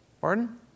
Pardon